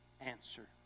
answer